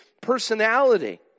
personality